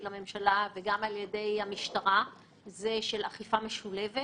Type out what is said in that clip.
לממשלה ועל ידי המשטרה היא אכיפה משולבת